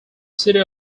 city